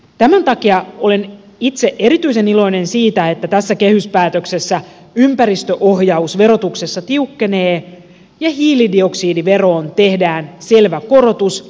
tämän takia olen itse erityisen iloinen siitä että tässä kehyspäätöksessä ympäristöohjaus verotuksessa tiukkenee ja hiilidioksidiveroon tehdään selvä korotus